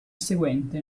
seguente